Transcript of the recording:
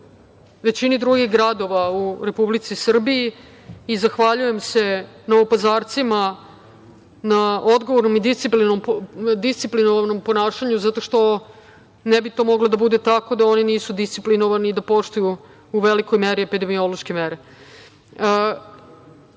većini drugih gradova u Republici Srbiji i zahvaljujem se Novopazarcima na odgovornom i disciplinovanom ponašanju zato što ne bi to moglo da bude tako da oni nisu disciplinovani i da poštuju u velikoj meri epidemiološke mere. Ali